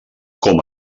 com